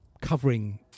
covering